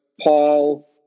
Paul